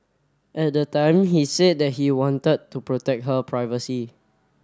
at the time he said that he wanted to protect her privacy